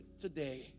today